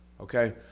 Okay